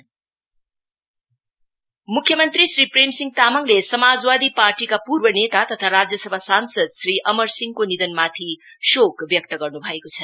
condolence CM मुख्यमन्त्री श्री प्रेम सिंह तामाङले समाजवादी पार्टीका पूर्व नेता तथा राज्यसभा सांसद श्री अमर सिंहको निधनप्रथि शोक व्यक्त गर्नु भएको छ